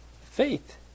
faith